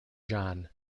john